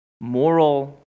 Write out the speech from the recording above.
moral